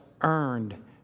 earned